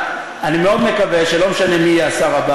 "בזזז-בזזז".